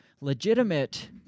legitimate